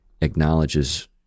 acknowledges